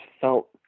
felt